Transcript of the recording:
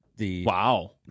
Wow